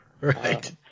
Right